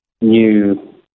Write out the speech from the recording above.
new